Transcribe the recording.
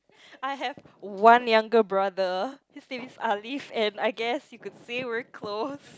I have one younger brother his name is Alif and I guess you could say we're close